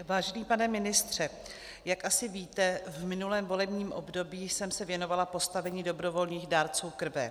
Vážený pane ministře, jak asi víte, v minulém volebním období jsem se věnovala postavení dobrovolných dárců krve.